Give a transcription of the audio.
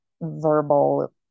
verbal